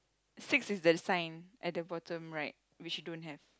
six is the sign at the bottom right which you don't have